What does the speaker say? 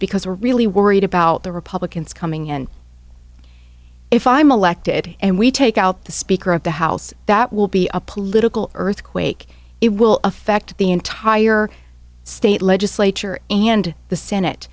because we're really worried about the republicans coming in if i'm elected and we take out the speaker of the house that will be a political earthquake it will affect the entire state legislature and the senate